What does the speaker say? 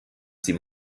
sie